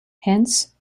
hence